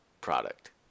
product